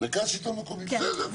מרכז לשלטון מקומי, בסדר.